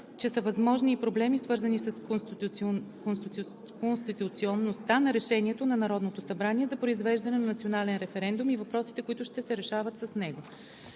че са възможни и проблеми, свързани с конституционността на решението на Народното събрание за произвеждане на национален референдум и въпросите, които ще се решават с него.